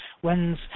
when's